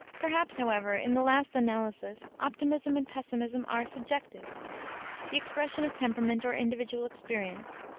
perhaps, however, in the last analysis optimism and pessimism are subjective the expression of temperament or individual experience,